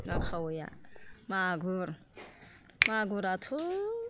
ना खावैया मागुर मागुराथ'